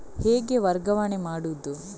ಹೇಗೆ ವರ್ಗಾವಣೆ ಮಾಡುದು?